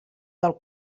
del